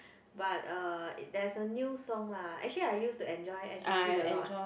but uh there's a new song lah actually I used to enjoy s_h_e a lot